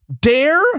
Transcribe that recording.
dare